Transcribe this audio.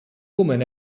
woman